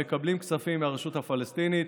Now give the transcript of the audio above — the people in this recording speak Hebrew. טרוריסטים המקבלים כספים מהרשות הפלסטינית,